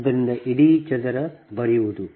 ಆದ್ದರಿಂದ ಇಡೀ ಚದರ ಬರೆಯುವುದು